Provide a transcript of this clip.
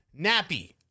Nappy